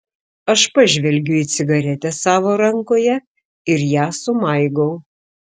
aš pažvelgiu į cigaretę savo rankoje ir ją sumaigau